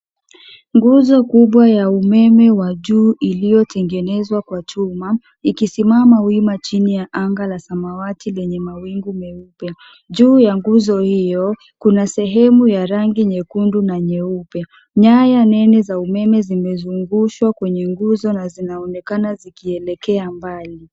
Nguzo kubwa ya umeme wa juu iliyotengenezwa kwa chuma, ikisimama wima chini ya anga la samawati yenye mawingu meupe. Juu ya nguzo hiyo, kuna sehemu ya rangi nyekundu na nyeupe. Nyaya nene za umeme zimezungushwa kwenye nguzo na zinaonekana zikielekea mbali.